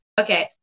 Okay